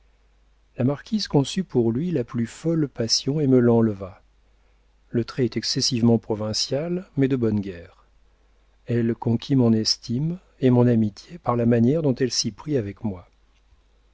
la marquise conçut pour lui la plus folle passion et me l'enleva le trait est excessivement provincial mais de bonne guerre elle conquit mon estime et mon amitié par la manière dont elle s'y prit avec moi